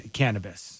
cannabis